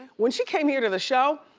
when she came here to the show,